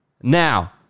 now